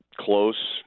close